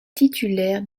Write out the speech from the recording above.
titulaire